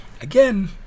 Again